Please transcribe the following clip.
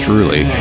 Truly